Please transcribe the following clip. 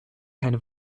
keine